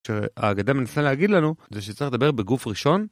האגדה מנסה להגיד לנו זה שצריך לדבר בגוף ראשון.